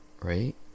right